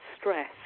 stress